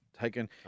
taken